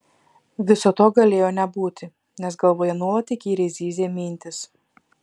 viso to galėjo nebūti nes galvoje nuolat įkyriai zyzė mintys